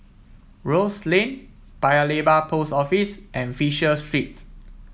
Rose Lane Paya Lebar Post Office and Fisher Street